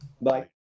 Bye